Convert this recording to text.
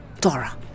Dora